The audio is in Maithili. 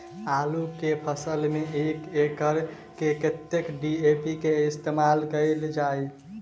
आलु केँ फसल मे एक एकड़ मे कतेक डी.ए.पी केँ इस्तेमाल कैल जाए?